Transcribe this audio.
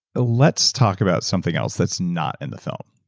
let's talk about something else that's not in the film.